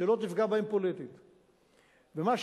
אני אגיד אחרת,